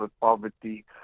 poverty